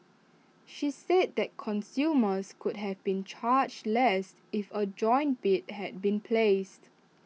she said that consumers could have been charged less if A joint bid had been placed